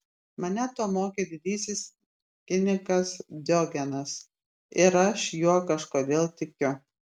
mane to mokė didysis kinikas diogenas ir aš juo kažkodėl tikiu